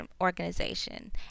organization